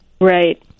Right